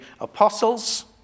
apostles